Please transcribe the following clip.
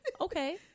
okay